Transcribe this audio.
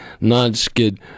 non-skid